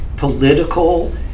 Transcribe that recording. Political